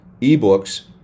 ebooks